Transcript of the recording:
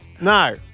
No